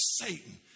Satan